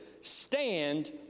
stand